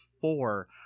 four